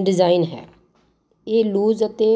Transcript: design ਹੈ ਇਹ loose ਅਤੇ